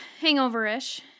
Hangover-ish